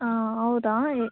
ಹಾಂ ಹೌದಾ ಏ